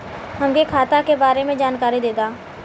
हमके खाता के बारे में जानकारी देदा?